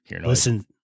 listen